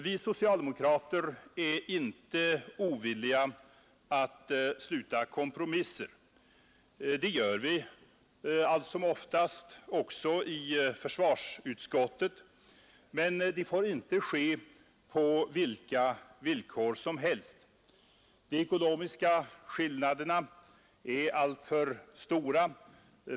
Vi socialdemokrater är inte ovilliga att sluta kompromisser. Det gör vi allt som oftast också i försvarsutskottet, men det får inte ske på vilka villkor som helst. De ekonomiska skillnaderna är alltför stora.